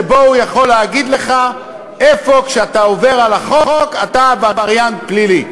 שבהן הוא יכול להגיד לך איפה כשאתה עובר על החוק אתה עבריין פלילי.